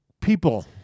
people